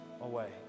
away